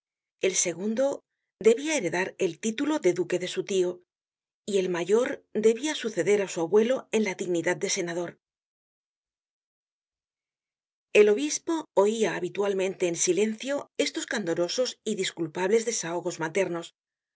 el segundo debia heredar el título de duque de su tio y el mayor debia suceder á su abuelo en la dignidad de senador el obispo oia habitualmente en silencio estos candorosos y disculpables desahogos maternos una